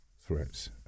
threats